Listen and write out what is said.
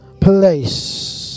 place